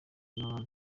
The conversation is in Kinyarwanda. n’abandi